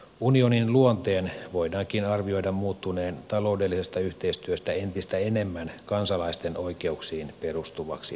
unionin luonteen voidaankin arvioida muuttuneen taloudellisesta yhteistyöstä entistä enemmän kansalaisten oikeuksiin perustuvaksi yhteistyöksi